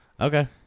Okay